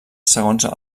segons